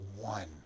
one